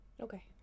okay